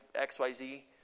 XYZ